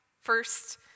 First